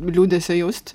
liūdesio jaust